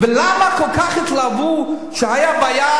ולמה כל כך התלהבו כשהיתה בעיה